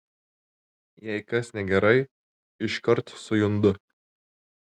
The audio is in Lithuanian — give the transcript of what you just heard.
jei kas negerai iškart sujundu